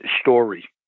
story